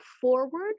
forward